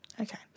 Okay